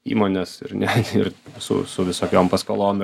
įmonės ar ne ir su su visokiom paskolom ir